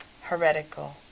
heretical